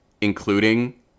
including